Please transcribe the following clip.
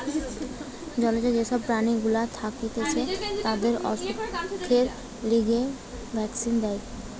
জলজ যে সব প্রাণী গুলা থাকতিছে তাদের অসুখের লিগে ভ্যাক্সিন দেয়